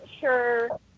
sure